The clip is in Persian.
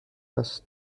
است